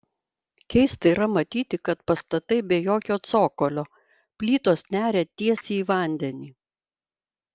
keista yra matyti kad pastatai be jokio cokolio plytos neria tiesiai į vandenį